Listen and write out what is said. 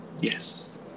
Yes